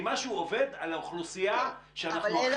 אם משהו עובד על האוכלוסייה שאנחנו הכי